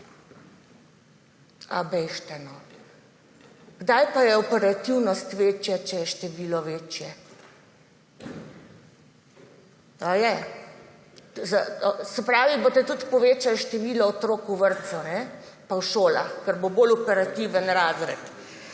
Bežite, no. Kdaj pa je operativnost večja, če je število večje? Ali je? Se pravi, boste tudi povečali število otrok v vrtcih in šolah, ker bo bolj operativen razred?